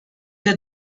that